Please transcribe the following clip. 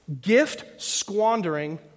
gift-squandering